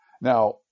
Now